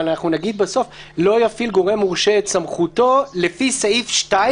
אבל אנחנו נגיד בסוף: "לא יפעיל גורם מורשה את סמכותו לפי סעיף 2"